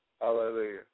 Hallelujah